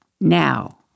Now